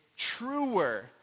truer